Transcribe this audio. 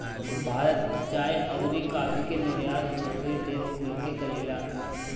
भारत चाय अउरी काफी के निर्यात दूसरी देश कुल के करेला